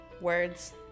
words